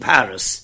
Paris